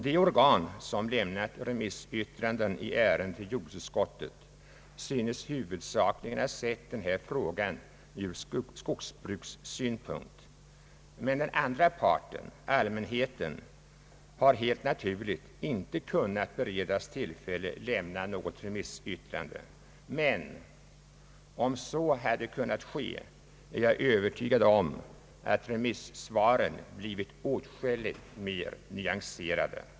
De organ, som lämnat remissyttranden i ärendet till jordbruksutskottet, synes huvudsakligen ha sett på den här frågan ur skogsbrukssynpunkt. Men den andra parten, allmänheten, har helt naturligt inte kunnat beredas tillfälle att lämna något remissyttrande. Om så ha de kunnat ske, är jag övertygad om att remissvaren blivit åtskilligt mer nyanserade.